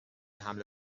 حمل